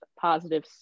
positive